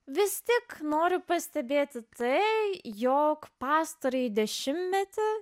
vis tik noriu pastebėti tai jog pastarąjį dešimtmetį